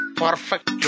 perfect